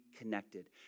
connected